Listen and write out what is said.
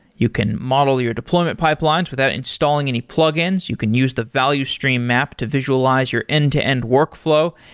you can model your deployment pipelines without installing any plugins. you can use the value stream map to visualize your end-to-end workflow,